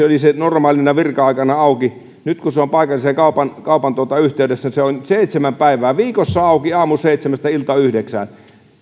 oli posti normaalina virka aikana auki nyt kun se on paikallisen kaupan kaupan yhteydessä niin se on seitsemän päivää viikossa auki aamuseitsemästä iltayhdeksään